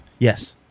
Yes